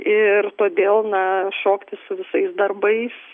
ir todėl naa šokti su visais darbais